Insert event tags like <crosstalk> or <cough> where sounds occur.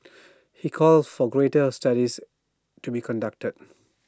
<noise> he called for greater studies to be conducted